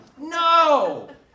no